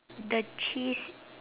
the cheese